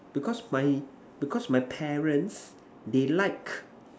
because my because my parents they liked